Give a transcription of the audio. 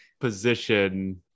position